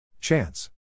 Chance